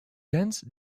dense